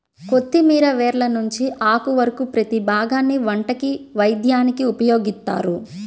కొత్తిమీర వేర్ల నుంచి ఆకు వరకు ప్రతీ భాగాన్ని వంటకి, వైద్యానికి ఉపయోగిత్తారు